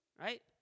right